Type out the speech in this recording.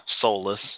soulless